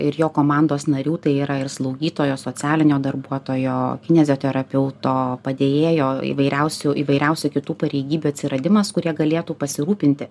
ir jo komandos narių tai yra ir slaugytojo socialinio darbuotojo kineziterapeuto padėjėjo įvairiausių įvairiausių kitų pareigybių atsiradimas kur jie galėtų pasirūpinti